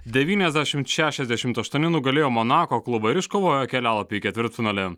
devyniasdešimt šešiasdešimt aštuoni nugalėjo monako klubą ir iškovojo kelialapį į ketvirtfinalį